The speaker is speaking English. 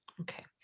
Okay